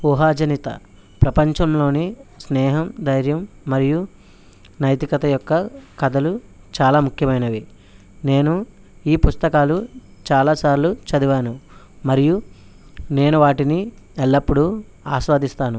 ఊహాజనిత ప్రపంచంలోనే స్నేహం ధైర్యం మరియు నైతికత యొక్క కథలు చాలా ముఖ్యమైనవి నేను ఈ పుస్తకాలు చాలాసార్లు చదివాను మరియు నేను వాటిని ఎల్లప్పుడు ఆస్వాదిస్తాను